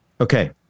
Okay